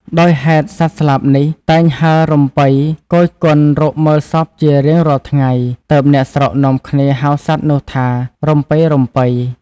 ដោយហេតុសត្វស្លាបនេះ តែងហើររំពៃគយគន់រកមើលសពជារៀងរាល់ថ្ងៃ ទើបអ្នកស្រុកនាំគ្នាហៅសត្វនោះថា រំពេរំពៃ ។